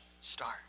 start